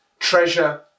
treasure